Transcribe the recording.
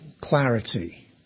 clarity